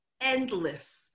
endless